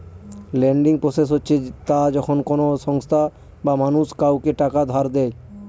lending process হচ্ছে তা যখন কোনো সংস্থা বা মানুষ কাউকে টাকা ধার দেয়